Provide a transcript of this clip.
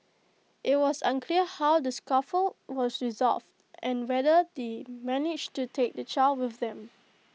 IT was unclear how the scuffle was resolved and whether they managed to take the child with them